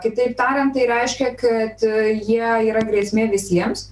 kitaip tariant tai reiškia kad jie yra grėsmė visiems